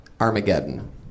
Armageddon